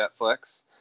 Netflix